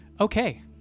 Okay